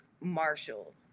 Marshall